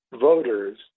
voters